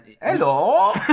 Hello